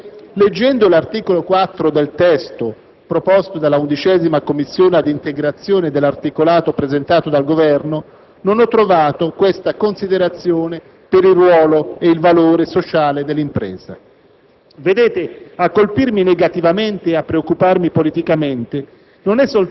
giustamente emanate a tutela dei lavoratori e della loro salute. Lo dico perché, leggendo l'articolo 4 del testo proposto dalla 11a Commissione, ad integrazione dell'articolato presentato dal Governo, non ho trovato questa considerazione per il ruolo ed il valore sociale dell'impresa.